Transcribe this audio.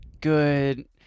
good